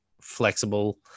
flexible